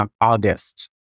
August